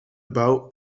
bouw